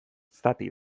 zati